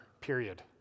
Period